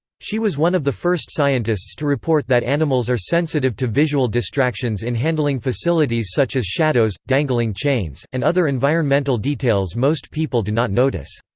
she was one of the first scientists to report that animals are sensitive to visual distractions in handling facilities such as shadows, dangling chains, and other environmental details most people do not notice.